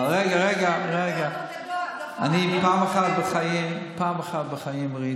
אני פעם אחת בחיים ראיתי